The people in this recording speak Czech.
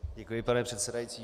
Děkuji, pane předsedající.